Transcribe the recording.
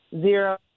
zero